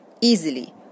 easily